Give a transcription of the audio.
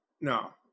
no